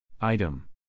Item